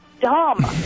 dumb